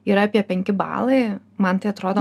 yra apie penki balai man tai atrodo